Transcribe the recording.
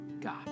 God